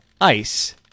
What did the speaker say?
ice